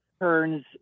turns